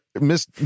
Miss